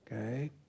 Okay